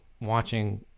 watching